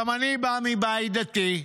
גם אני בא מבית דתי,